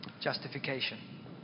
Justification